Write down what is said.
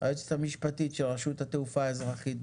היועצת המשפטית של רשות שדות התעופה האזרחית,